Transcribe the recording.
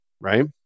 right